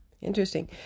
Interesting